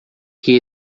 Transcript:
que